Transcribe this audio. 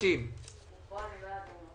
פחות או יותר, מה